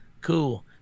cool